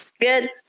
Good